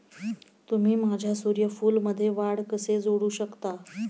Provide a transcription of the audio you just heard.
तुम्ही माझ्या सूर्यफूलमध्ये वाढ कसे जोडू शकता?